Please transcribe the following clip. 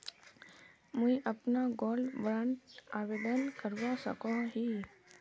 मुई अपना gold bond आवेदन करवा सकोहो ही?